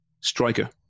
Striker